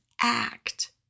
act